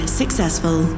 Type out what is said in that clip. successful